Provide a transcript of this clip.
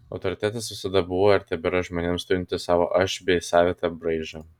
autoritetas visada buvo ir tebėra žmonės turintys savo aš bei savitą braižą